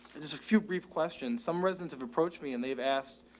ah, just a few brief questions. some residents have approached me and they've asked,